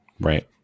Right